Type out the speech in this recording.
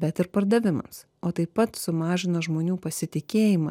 bet ir pardavimams o taip pat sumažina žmonių pasitikėjimą